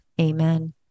Amen